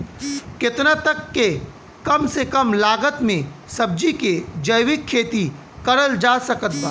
केतना तक के कम से कम लागत मे सब्जी के जैविक खेती करल जा सकत बा?